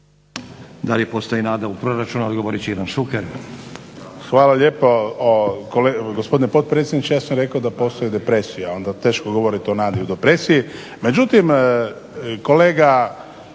Da li postoji nada u proračunu odgovorit će Ivan Šuker.